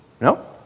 No